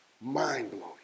mind-blowing